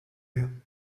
you